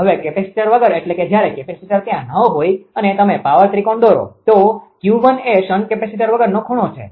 હવે કેપેસીટર વગર એટલે કે જયારે કેપેસીટર ત્યાં ન હોઈ અને તમે પાવર ત્રિકોણ દોરો તો 𝜃1 એ શન્ટ કેપેસીટર વગરનો ખૂણો છે